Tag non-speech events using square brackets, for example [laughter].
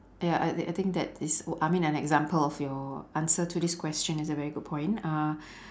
ya I thi~ I think that is w~ I mean an example of your answer to this question is a very good point uh [breath]